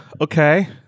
Okay